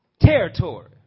territory